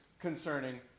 concerning